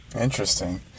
interesting